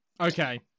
Okay